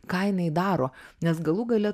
ką jinai daro nes galų gale